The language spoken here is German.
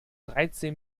dreizehn